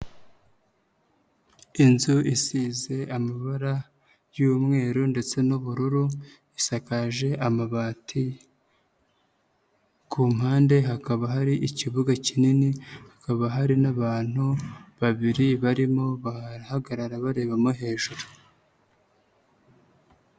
Inzu isize amabara y'umweru ndetse n'ubururu, isakaje amabati, ku mpande hakaba hari ikibuga kinini hakaba hari n'abantu babiri barimo barahagarara bareba no hejuru.